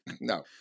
no